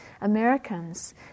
Americans